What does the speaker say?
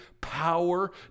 power